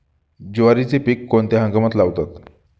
ज्वारीचे पीक कोणत्या हंगामात लावतात?